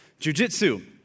jujitsu